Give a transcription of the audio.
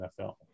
nfl